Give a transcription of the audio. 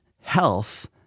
health